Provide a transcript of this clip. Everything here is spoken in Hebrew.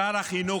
שר החינוך,